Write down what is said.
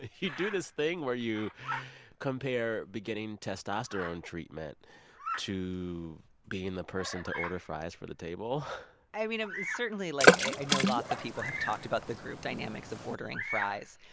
you do this thing where you compare beginning testosterone treatment to being the person to order fries for the table i mean, ah certainly, like, i know lots of people have talked about the group dynamics of ordering fries.